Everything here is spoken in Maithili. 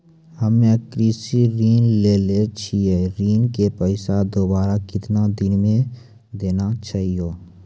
हम्मे कृषि ऋण लेने छी ऋण के पैसा दोबारा कितना दिन मे देना छै यो?